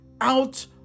out